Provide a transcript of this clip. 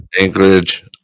Anchorage